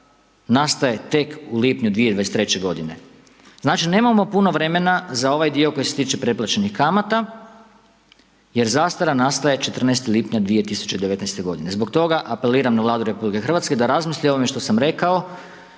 nastaje tek u lipnju 2023.g. Znači, nemamo puno vremena za ovaj dio koji se tiče preplaćenih kamata jer zastara nastaje 14. lipnja 2019.g. Zbog toga apeliram na Vladu RH da razmisli o ovome što sam rekao,